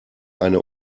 eine